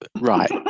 right